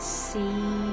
see